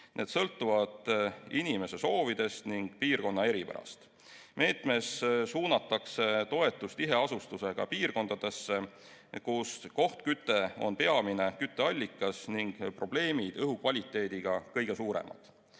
Need sõltuvad inimese soovidest ning piirkonna eripärast. Meetmes suunatakse toetus tiheasustusega piirkondadesse, kus kohtküte on peamine kütteallikas ning probleemid õhukvaliteediga kõige suuremad.